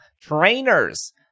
Trainers